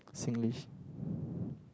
Singlish